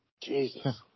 Jesus